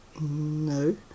No